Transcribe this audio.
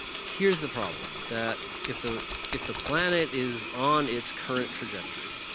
here's the problem that if the if the planet is on its current trajectory,